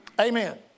Amen